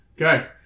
Okay